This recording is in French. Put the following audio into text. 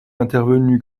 intervenu